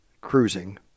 cruising